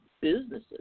businesses